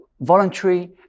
voluntary